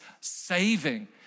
saving